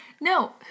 no